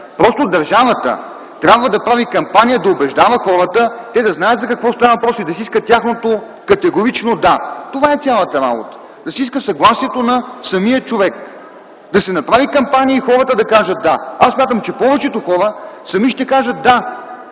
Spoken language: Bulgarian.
Просто държавата трябва да прави кампания и да убеждава хората, те да знаят за какво става въпрос и да си искат тяхното категорично „да” – това е цялата работа – да се иска съгласието на самия човек. Да се направи кампания и хората да кажат „да”. Аз смятам, че повечето хора сами ще кажат „да”